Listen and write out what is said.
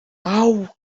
how